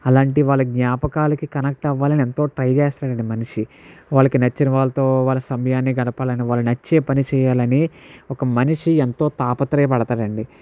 అలాంటి వాళ్ళ జ్ఞాపకాలకి కనెక్ట్ అవ్వాలని ఎంతో ట్రై చేస్తాడండి మనిషి వాళ్లకి నచ్చిన వాళ్ళతో వాళ్ల సమయాన్ని గడపాలని వాళ్ళు నచ్చే పని చేయాలని ఒక మనిషి ఎంతో తాపత్రయ పడతాడండి